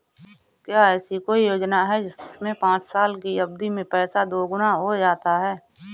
क्या ऐसी कोई योजना है जिसमें पाँच साल की अवधि में पैसा दोगुना हो जाता है?